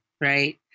right